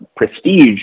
prestige